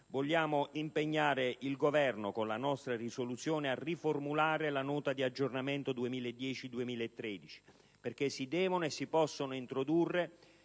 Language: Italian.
vogliamo impegnare il Governo, con la nostra risoluzione, a riformulare la Nota di aggiornamento 2010-2013, perché si devono e si possono introdurre